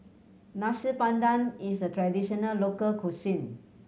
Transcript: Nasi Padang is a traditional local cuisine